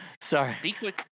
Sorry